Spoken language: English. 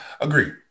Agreed